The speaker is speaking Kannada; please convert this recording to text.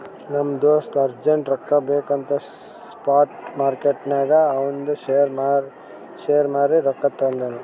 ನಮ್ ದೋಸ್ತ ಅರ್ಜೆಂಟ್ ರೊಕ್ಕಾ ಬೇಕ್ ಅಂತ್ ಸ್ಪಾಟ್ ಮಾರ್ಕೆಟ್ನಾಗ್ ಅವಂದ್ ಶೇರ್ ಮಾರೀ ರೊಕ್ಕಾ ತಂದುನ್